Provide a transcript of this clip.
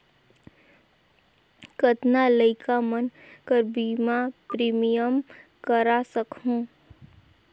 कतना लइका मन कर बीमा प्रीमियम करा सकहुं?